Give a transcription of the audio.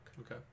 Okay